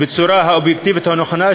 בצורה האובייקטיבית והנכונה,